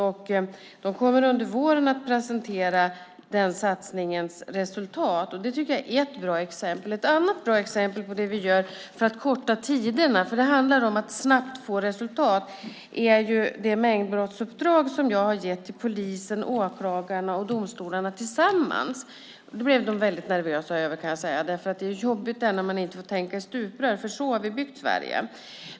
Man kommer under våren att presentera den satsningens resultat. Det är ett bra exempel. Ett annat bra exempel är det vi gör för att korta tiderna och snabbt få resultat. Det gäller det mängdbrottsuppdrag som jag har gett till polisen, åklagarna och domstolarna tillsammans. Det blev de väldigt nervösa över. Det är jobbigt när man inte får tänka i stuprör, för så har vi byggt Sverige.